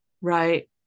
right